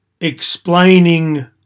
explaining